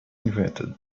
invented